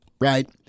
right